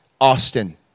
Austin